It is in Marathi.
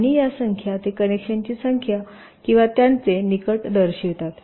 आणि या संख्या ते कनेक्शनची संख्या किंवा त्यांचे निकट दर्शवितात